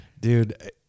Dude